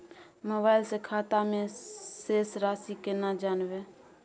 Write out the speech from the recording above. Mobile से खाता में शेस राशि केना जानबे?